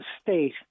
State